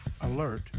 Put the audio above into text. alert